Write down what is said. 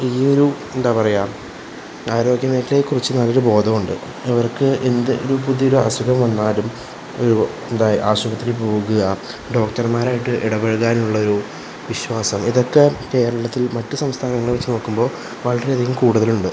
ഈ ഒരു എന്താണ് പറയുക ആരോഗ്യ മേഖലയെ കുറിച്ച് നല്ല ഒരു ബോധം ഉണ്ട് അവർക്ക് എന്തെങ്കിലും പുതിയ ഒരു അസുഖം വന്നാലും ഒരു എന്താണ് ആശുപത്രി പോകുക ഡോക്ടർമാരുമായിട്ട് ഇടപഴകാനുള്ളൊരു വിശ്വാസം ഇതൊക്കെ കേരളത്തിൽ മറ്റ് സംസ്ഥാനങ്ങളെ വച്ച് നോക്കുമ്പോൾ വളരെ അധികം കൂടുതൽ ഉണ്ട്